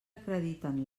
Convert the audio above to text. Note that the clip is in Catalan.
acrediten